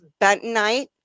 bentonite